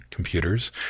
Computers